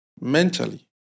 Mentally